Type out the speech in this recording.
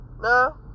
no